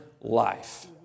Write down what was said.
life